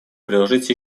приложить